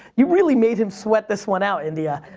you really made him sweat this one out, india.